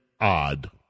odd